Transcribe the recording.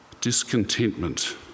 discontentment